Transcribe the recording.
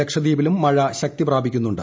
ലക്ഷദ്വീപിലും മഴ ശക്തി പ്രാപിക്കുന്നുണ്ട്